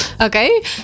okay